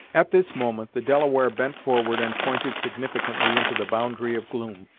at this moment the delaware bent forward and pointed significantly into the boundary of gloom,